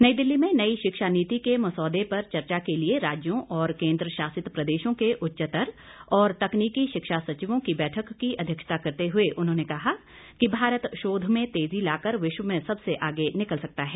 नई दिल्ली में नई शिक्षा नीति के मसौदे पर चर्चा के लिए राज्यों और केन्द्र शासित प्रदेशों के उच्चतर और तकनीकी शिक्षा सचिवों की बैठक की अध्यक्षता करते हुए उन्होंने कहा कि भारत शोध में तेजी लाकर विश्व में सबसे आगे निकल सकता है